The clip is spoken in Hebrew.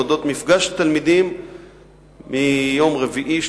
אודות מפגש תלמידים מיום רביעי,